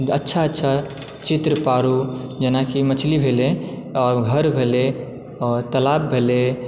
अच्छा अच्छा चित्र पारु जेनाकि मछली भेलय आओर घर भेलय आओर तलाब भेलय